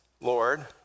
Lord